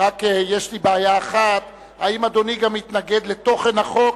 בעיה אחת: האם אדוני גם מתנגד לתוכן החוק?